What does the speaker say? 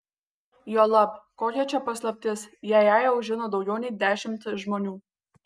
juolab kokia čia paslaptis jei ją jau žino daugiau nei dešimt žmonių